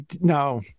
No